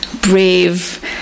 brave